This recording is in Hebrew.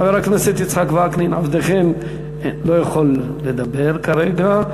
חבר הכנסת יצחק וקנין, עבדכם, לא יכול לדבר כרגע.